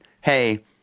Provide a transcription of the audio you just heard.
hey